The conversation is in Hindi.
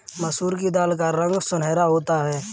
मसूर की दाल का रंग सुनहरा होता है